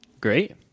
Great